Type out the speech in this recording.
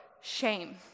shame